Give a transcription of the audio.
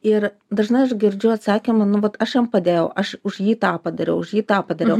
ir dažnai aš girdžiu atsakymą nu vat aš jam padėjau aš už jį tą padariau už jį tą padariau